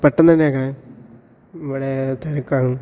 പെട്ടന്ന് തന്നെ അയക്കണേ ഇവിടെ തിരക്കാണ്